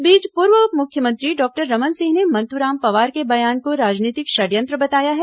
इस बीच पूर्व मुख्यमंत्री डॉक्टर रमन सिंह ने मंतूराम पवार के बयान को राजनीतिक षड़यंत्र बताया है